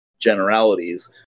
generalities